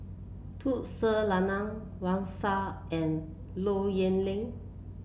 Tun Sri Lanang Wang Sha and Low Yen Ling